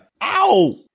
Ow